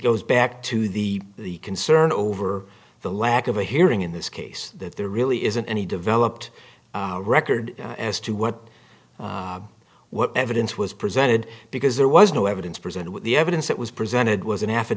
goes back to the the concern over the lack of a hearing in this case that there really isn't any developed record as to what what evidence was presented because there was no evidence presented what the evidence that was presented was an a